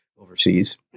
overseas